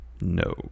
No